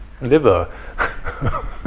liver